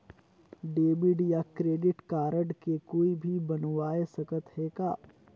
Debit या credit card के कोई भी बनवाय सकत है का?